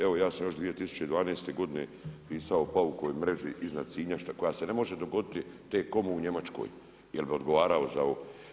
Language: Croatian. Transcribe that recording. Evo ja se još 2012. godine, pisao paukovoj mreži iznad Sinja koja se ne može dogoditi T-Comu u Njemačkoj, jer bi odgovarao za ovo.